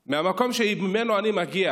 מהמקום שממנו אני מגיע,